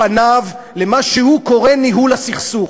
פניו למה שהוא קורא "ניהול הסכסוך".